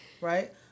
right